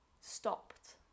stopped